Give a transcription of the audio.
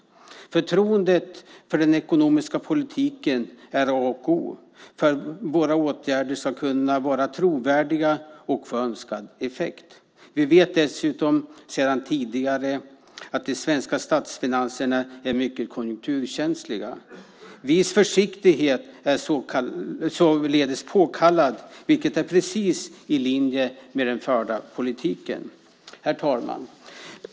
Förtroendet för den ekonomiska politiken är A och O för att våra åtgärder ska kunna vara trovärdiga och få önskad effekt. Vi vet dessutom sedan tidigare att de svenska statsfinanserna är mycket konjunkturkänsliga. Viss försiktighet är således påkallad, vilket är precis i linje med den förda politiken. Herr talman!